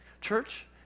Church